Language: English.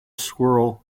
squirrel